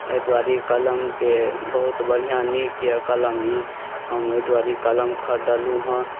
एहि दुआरे एहि कलमके बहुत बढ़िऑं नीकये कलम ई हम एहि दुआरे ई कलम खरिदलहुॅं हँ